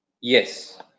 Yes